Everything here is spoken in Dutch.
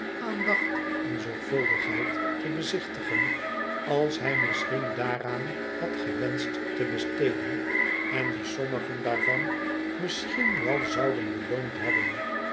aandacht en zorgvuldigheid te bezichtigen als hij misschien daaraan had gewenscht te besteden en die sommigen daarvan misschien wel zouden beloond hebben